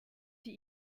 die